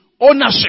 ownership